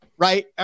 Right